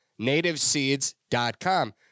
NativeSeeds.com